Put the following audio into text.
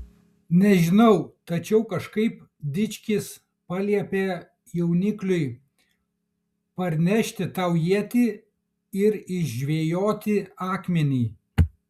nežinau tačiau kažkaip dičkis paliepė jaunikliui parnešti tau ietį ir išžvejoti akmenį